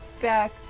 back